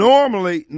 Normally